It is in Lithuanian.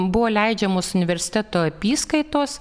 buvo leidžiamos universiteto apyskaitos